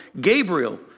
Gabriel